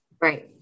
Right